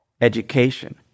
education